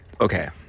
Okay